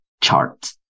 chart